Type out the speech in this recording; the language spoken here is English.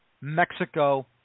Mexico